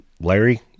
Larry